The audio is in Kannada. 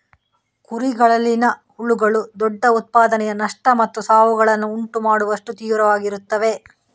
ಕುರಿಗಳಲ್ಲಿನ ಹುಳುಗಳು ದೊಡ್ಡ ಉತ್ಪಾದನೆಯ ನಷ್ಟ ಮತ್ತು ಸಾವುಗಳನ್ನು ಉಂಟು ಮಾಡುವಷ್ಟು ತೀವ್ರವಾಗಿರುತ್ತವೆ